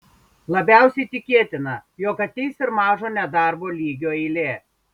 labiausiai tikėtina jog ateis ir mažo nedarbo lygio eilė